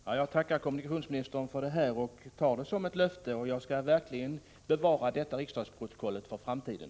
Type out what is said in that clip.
Herr talman! Jag tackar kommunikationsministern för detta svar, och jag tar det som ett löfte. Jag skall verkligen bevara riksdagsprotokollet från dagens debatt för framtiden.